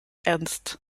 ernst